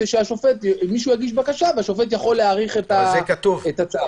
שמישהו יגיש בקשה והשופט יכול להאריך את הצו.